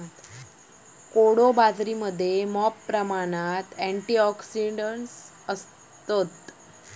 कोडो बाजरीमध्ये मॉप प्रमाणात अँटिऑक्सिडंट्स असतत